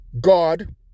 God